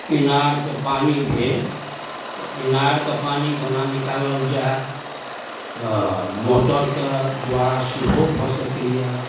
इनारके पानि भेल तऽ इनारके पानि कोना निकालल जाए तऽ मोटरके द्वारा सेहो भऽ सकैय